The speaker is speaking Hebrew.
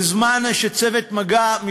בזמן שצוות מג"ב,